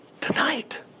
Tonight